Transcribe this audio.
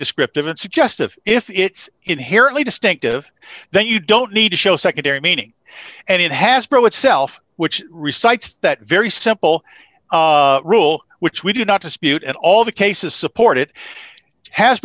descriptive and suggestive if it's inherently distinctive then you don't need to show secondary meaning and it has brought itself which recites that very simple rule which we do not dispute at all the cases support it has